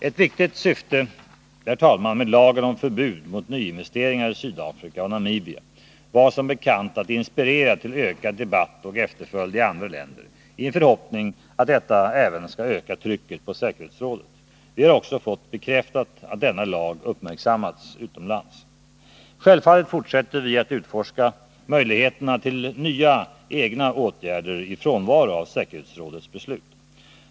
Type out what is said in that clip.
Ett viktigt syfte med lagen om förbud mot investeringar i Sydafrika och Namibia var som bekant att inspirera till ökad debatt och efterföljd i andra länder, i en förhoppning att detta även skall öka trycket på säkerhetsrådet. Vi har också fått bekräftat att denna lag uppmärksammats utomlands. Självfallet fortsätter vi att utforska möjligheterna till nya egna åtgärder i frånvaro av säkerhetsrådets beslut.